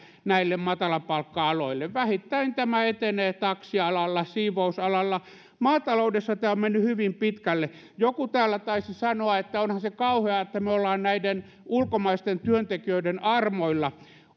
näille matalapalkka aloille vähittäin tämä etenee taksialalla siivousalalla maataloudessa tämä on mennyt hyvin pitkälle joku täällä taisi sanoa että onhan se kauheaa että me olemme näiden ulkomaisten työntekijöiden armoilla